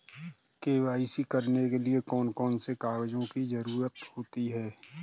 KYC करने के लिए कौन कौन से कागजों की जरूरत होती है?